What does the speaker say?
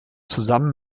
zusammen